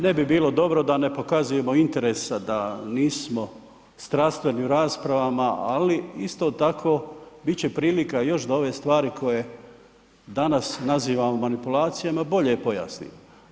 Ne bi bilo dobro da ne pokazujemo interesa da nismo strastveni u raspravama, ali isto tako bit će prilika da još ove stvari koje danas nazivamo manipulacijama bolje pojasnimo.